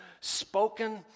spoken